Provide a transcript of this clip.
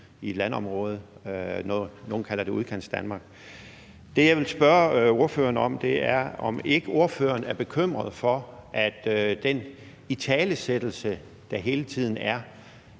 et landområde. Nogle kalder det Udkantsdanmark. Det, jeg vil spørge ordføreren om, er, om han ikke er bekymret for den italesættelse, der hele tiden er